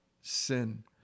sin